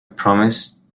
promise